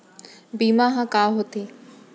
बीमा ह का होथे?